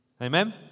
Amen